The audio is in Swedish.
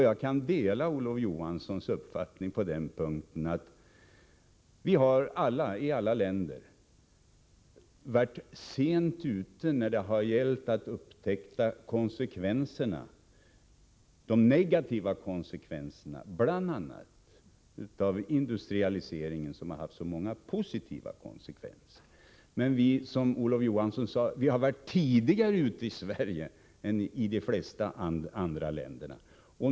Jag kan dela Olof Johanssons uppfattning på den punkten, att alla länder har varit sent ute när det har gällt att upptäcka de negativa sidorna av bl.a. industrialiseringen, som ju i övrigt har haft så många positiva konsekvenser. Som Olof Johansson sade, har vi dock varit tidigare ute i Sverige än i de flesta andra länder.